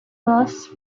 thus